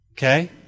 Okay